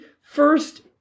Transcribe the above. first